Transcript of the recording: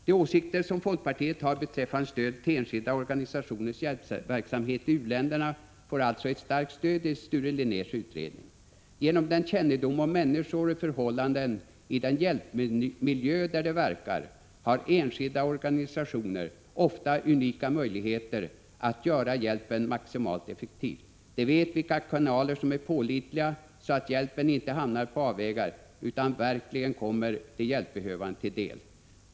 De åsikter som folkpartiet har beträffande stödet till enskilda organisationers hjälpverksamhet i u-länderna får alltså ett starkt stöd i Sture Linnérs utredning. Genom den kännedom om människor och förhållanden i den hjälpmiljö där de verkar har enskilda organisationer ofta unika möjligheter att göra hjälpen maximalt effektiv. De vet vilka kanaler som är pålitliga, så att hjälpen inte hamnar på avvägar utan verkligen kommer de hjälpbehövande till del.